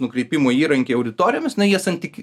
nukrypimų įrankiai auditorijomis na jie santyki